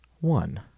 one